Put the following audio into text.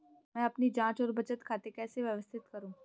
मैं अपनी जांच और बचत खाते कैसे व्यवस्थित करूँ?